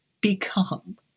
become